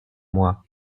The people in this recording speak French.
moi